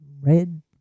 red